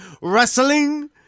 wrestling